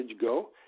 go